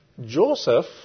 Joseph